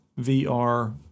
vr